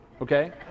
okay